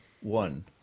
one